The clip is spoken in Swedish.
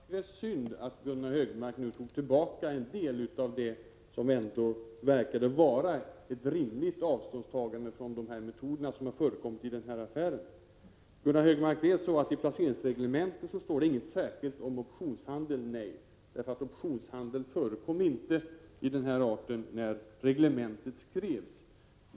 Herr talman! Det är synd att Gunnar Hökmark nu tar tillbaka en del av det som ändå verkade vara ett rimligt avståndstagande från de metoder som förekommit i denna affär. Det är så, Gunnar Hökmark, att det i placeringsreglementet inte står någonting om optionshandel, därför att optionshandel av den här arten inte förekom när reglementet skrevs.